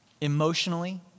emotionally